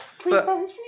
Please